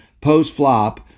post-flop